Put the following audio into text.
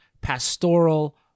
pastoral